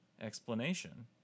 explanation